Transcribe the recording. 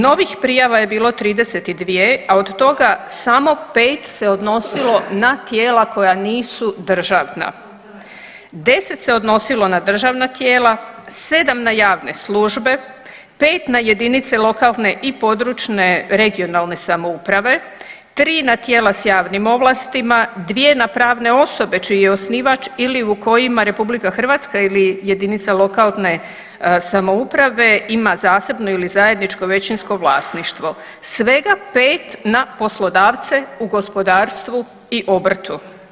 Novih prijava je bilo 32, a od toga samo pet se odnosilo na tijela koja nisu državna, 10 se odnosilo na državna tijela, 7 na javne službe, 5 na jedinice lokalne i područne (regionalne) samouprave, 3 na tijela s javnim ovlastima, 2 na pravne osobe čiji je osnivač ili u kojima RH ili jedinica lokalne samouprave ima zasebno ili zajedničko većinsko vlasništvo, svega 5 na poslodavce u gospodarstvu i obrtu.